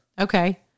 Okay